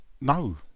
No